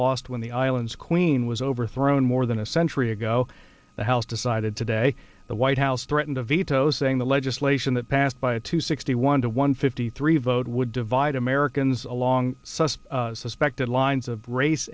lost when the island's queen was overthrown more than a century ago the house decided today the white house threatened a veto saying the legislation that passed by a two sixty one to one fifty three vote would divide americans along sussed suspected lines of race